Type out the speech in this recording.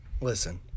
Listen